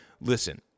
listen